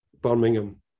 Birmingham